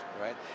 right